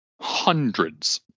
hundreds